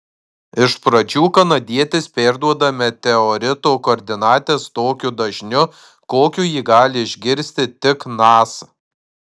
iš pradžių kanadietis perduoda meteorito koordinates tokiu dažniu kokiu jį gali išgirsti tik nasa